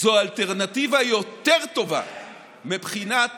זאת אלטרנטיבה יותר טובה מבחינת